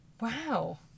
wow